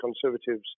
Conservatives